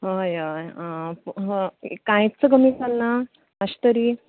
हय हय आं ह पूण कांयच कमी चलना मात्शें तरी